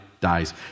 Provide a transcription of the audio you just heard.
dies